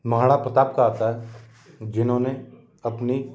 महाणा प्रताप का आता है जिन्होंने अपने